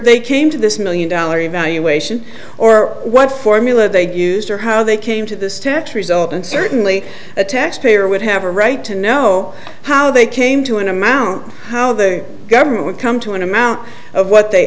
they came to this million dollar evaluation or what formula they used or how they came to this tax result and certainly a taxpayer would have a right to know how they came to an amount how the government would come to an amount of what they